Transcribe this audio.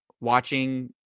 watching